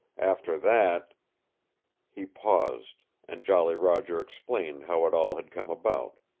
after that he paused, and jolly roger explained how it all had come about.